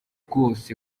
rwose